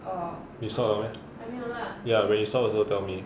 are you sort of like me lah ya when you stop also tell me